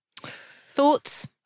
Thoughts